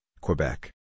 Quebec